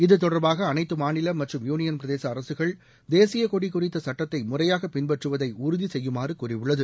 இத்தொடர்பாக அனைத்து மாநில மற்றும் யூளியன் பிரதேச அரசுகள் தேசிய கொடி குறித்த சட்டத்தை முறையாக பின்பற்றுவதை உறுதி செய்யுமாறு கூறியுள்ளது